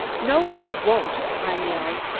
no, i won't! i yelled.